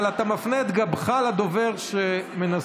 אבל אתה מפנה את גבך לדובר שמנסה,